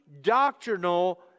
doctrinal